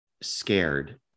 scared